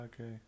okay